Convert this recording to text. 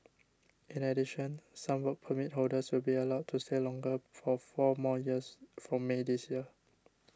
in addition some Work Permit holders will be allowed to stay longer for four more years from May this year